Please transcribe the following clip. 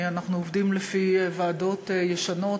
אנחנו עובדים לפי ועדות ישנות,